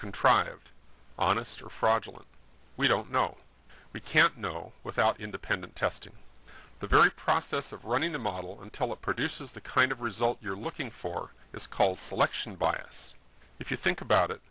contrived honester fraudulent we don't know we can't know without independent testing the very process of running the model until it produces the kind of result you're looking for is called selection bias if you think about it